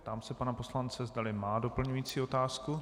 Ptám se pana poslance, zdali má doplňující otázku.